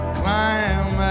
climb